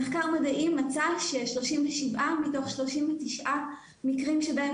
מחקר מדעי מצא ש-37 מתוך 39 מקרים שבהם